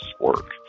work